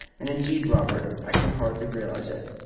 and indeed, robert, i can hardly realise it.